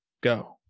go